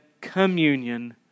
communion